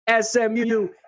SMU